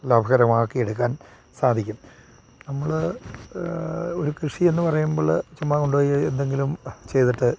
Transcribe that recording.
ലാഭകരമാക്കി എടുക്കാൻ സാധിക്കും നമ്മൾ ഒരു കൃഷി എന്നു പറയുമ്പോൾ ചുമ്മാ കൊണ്ടു പോയി എന്തെങ്കിലും ചെയ്തിട്ട്